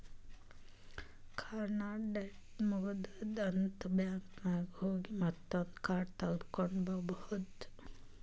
ಕಾರ್ಡ್ದು ಡೇಟ್ ಮುಗದೂದ್ ಅಂತ್ ಬ್ಯಾಂಕ್ ನಾಗ್ ಹೋಗಿ ಮತ್ತೊಂದ್ ಕಾರ್ಡ್ ತಗೊಂಡ್ ಬರ್ಬಹುದ್